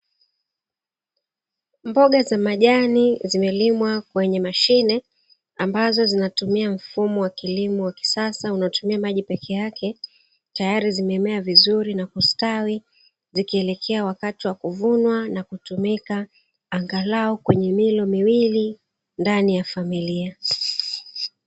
Mboga za majani zimelimwa kwenye mashine, ambazo zinatumia mfumo wa kilimo wa kisasa unaotumia maji peke yake. Tayari zimemea vizuri na kustawi, zikielekea wakati wa kuvunwa na kutumika angalau kwenye milo miwili ndani ya familia.